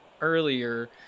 earlier